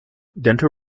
dental